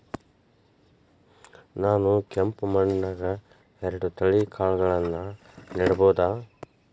ನಾನ್ ಕೆಂಪ್ ಮಣ್ಣನ್ಯಾಗ್ ಎರಡ್ ತಳಿ ಕಾಳ್ಗಳನ್ನು ನೆಡಬೋದ?